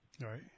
right